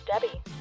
Debbie